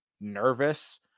nervous